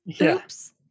Oops